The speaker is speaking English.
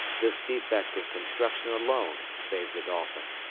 this defect in construction alone saved the dolphin.